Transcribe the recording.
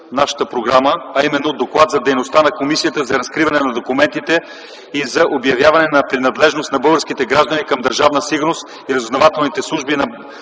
за приемане на Доклада за дейността на Комисията за разкриване на документите и за обявяване на принадлежност на български граждани към Държавна сигурност и разузнавателните служби на